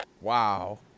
Wow